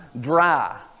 dry